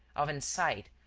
of insight,